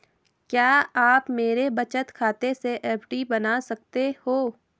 क्या आप मेरे बचत खाते से एफ.डी बना सकते हो?